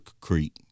Creek